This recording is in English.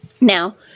Now